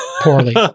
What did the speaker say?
poorly